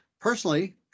personally